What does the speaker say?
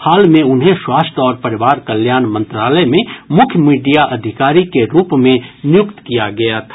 हाल में उन्हें स्वास्थ्य और परिवार कल्याण मंत्रालय में मुख्य मीडिया अधिकारी के रूप में नियुक्त किया गया था